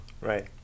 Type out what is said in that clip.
right